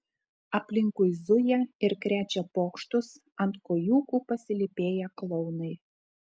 aplinkui zuja ir krečia pokštus ant kojūkų pasilypėję klounai